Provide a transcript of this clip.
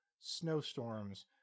snowstorms